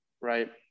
Right